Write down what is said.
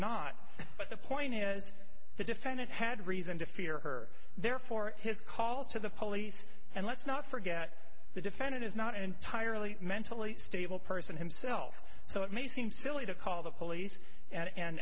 not the point is the defendant had reason to fear her therefore his call to the police and let's not forget the defendant is not entirely mentally stable person himself so it may seem silly to call the police and a